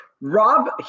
Rob